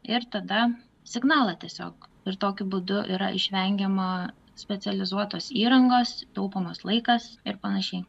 ir tada signalą tiesiog ir tokiu būdu yra išvengiama specializuotos įrangos taupomas laikas ir panašiai